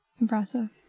impressive